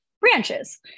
branches